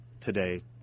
today